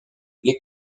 les